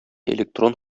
электрон